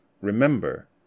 Remember